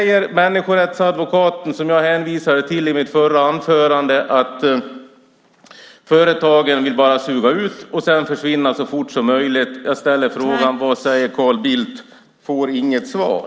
Den människorättsadvokat som jag hänvisade till i mitt förra anförande säger att företagen bara vill suga ut och sedan försvinna så fort som möjligt. Jag ställer frågan: Vad säger Carl Bildt? Jag får inget svar.